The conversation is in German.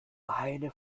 eine